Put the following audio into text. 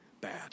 bad